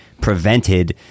prevented